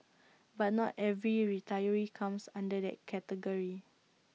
but not every retiree comes under that category